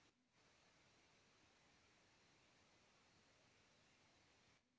किसान खेती के साथ साथ पशुपालन से भी कमाई करत हउवन